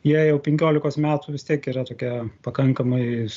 jie jau penkiolikos metų vis tiek yra tokie pakankamai